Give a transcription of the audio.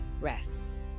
rests